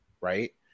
right